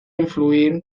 influir